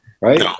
right